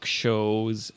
shows